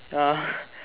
uh